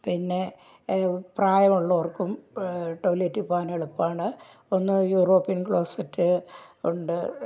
പിന്നെ പ്രായമുള്ളവർക്കും ടോയിലെറ്റിൽ പോവാൻ എളുപ്പമാണ് ഒന്ന് യൂറോപ്പിയൻ ക്ലോസെറ്റ് ഉണ്ട്